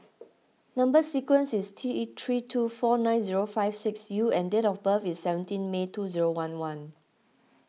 Number Sequence is T three two four nine zero five six U and date of birth is seventeen May two zero one one